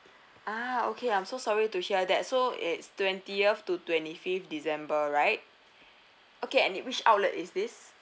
ah okay I'm so sorry to hear that so it's twentieth to twenty-fifth december right okay and in which outlet is this